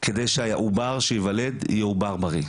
כדי שהעובר שייוולד יהיה עובר בריא.